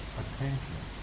attention